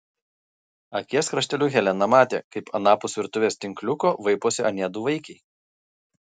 akies krašteliu helena matė kaip anapus virtuvės tinkliuko vaiposi anie du vaikiai